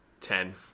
Ten